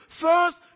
First